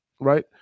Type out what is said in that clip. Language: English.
right